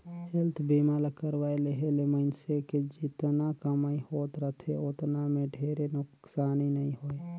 health बीमा ल करवाये लेहे ले मइनसे के जेतना कमई होत रथे ओतना मे ढेरे नुकसानी नइ होय